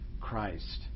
Christ